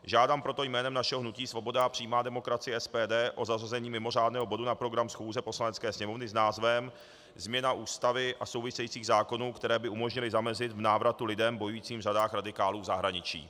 Žádám proto jménem našeho hnutí Svoboda a přímá demokracie SPD o zařazení mimořádného bodu na programu schůze Poslanecké sněmovny s názvem Změna Ústavy a souvisejících zákonů, které by umožnily zamezit návratu lidem bojujícím v řadách radikálů v zahraničí.